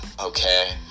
okay